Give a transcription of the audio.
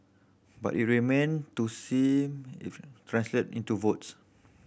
but it remain to seen if translate into votes